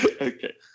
Okay